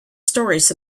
stories